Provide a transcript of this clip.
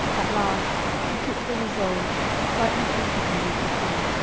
at last she took the resolve, slightly punctured me with her pin,